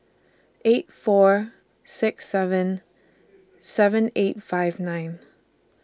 eight four six seven seven eight five nine